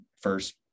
first